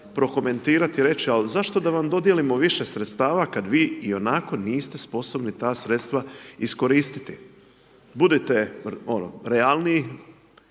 prokomentirati, reći će ali zašto da vam dodijelimo više sredstava, kada vi ionako niste sposobni ta sredstva iskoristiti. Budite ono realni,